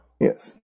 Yes